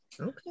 okay